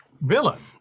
villain